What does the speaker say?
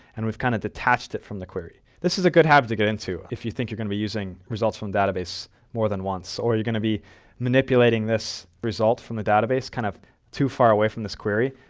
and we've kind of detached it from the query. this is a good habit to get into if you think you're going to be using results from a database more than once or you're going to be manipulating this result from a database kind of too far away from this query,